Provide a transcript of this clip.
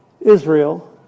Israel